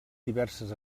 diverses